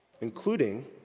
including